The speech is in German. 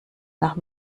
nach